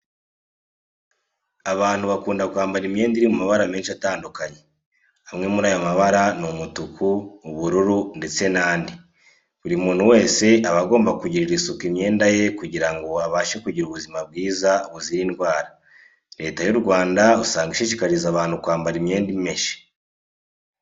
Abantu bakunda kwambara imyenda iri mu mabara menshi atandukanye. Amwe muri ayo mabara ni umutuku, ubururu ndetse n'andi. Buri muntu wese aba agomba kugirira isuku imyenda ye kugira ngo abashe kugira ubuzima bwiza buzira indwara. Leta y'u Rwanga usanga ishishikariza abantu kwambara imyenda imeshe.